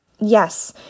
Yes